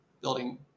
building